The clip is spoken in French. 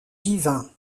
divin